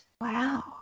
Wow